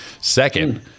Second